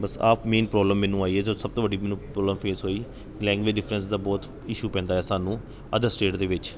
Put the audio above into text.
ਬਸ ਆਹ main problem ਮੈਨੂੰ ਆਈ ਹੈ ਜੋ ਸਭ ਤੋਂ ਵੱਡੀ ਮੈਨੂੰ ਪ੍ਰੋਬਲਮ ਫੇਸ ਹੋਈ ਲੈਂਗੂਏਜ ਡਿਫਰੈਂਸ ਦਾ ਬਹੁਤ ਇਸ਼ੂ ਪੈਂਦਾ ਸਾਨੂੰ ਅਦਰ ਸਟੇਟ ਦੇ ਵਿੱਚ